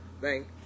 Thank